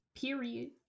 Period